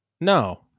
No